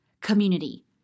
community